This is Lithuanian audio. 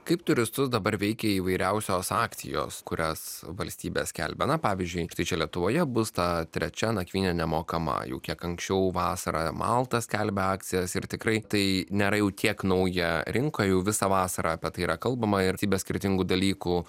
kaip turistus dabar veikia įvairiausios akcijos kurias valstybė skelbia na pavyzdžiui štai čia lietuvoje bus ta trečia nakvynė nemokama jau kiek anksčiau vasarą malta skelbė akcijas ir tikrai tai nėra jau tiek nauja rinka jau visą vasarą apie tai yra kalbama ir tai be skirtingų dalykų